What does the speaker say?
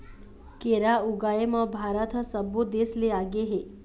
केरा ऊगाए म भारत ह सब्बो देस ले आगे हे